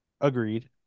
Agreed